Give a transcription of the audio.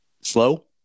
Slow